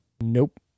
Nope